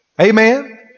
Amen